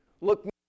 look